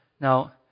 Now